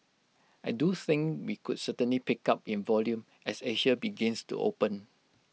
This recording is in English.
I do think we could certainly pick up in volume as Asia begins to open